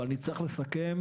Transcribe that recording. אבל נצטרך לסכם,